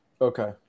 Okay